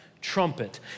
trumpet